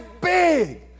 big